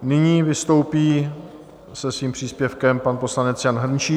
Nyní vystoupí se svým příspěvkem pan poslanec Jan Hrnčíř.